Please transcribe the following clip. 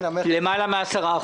למעלה מ-10%.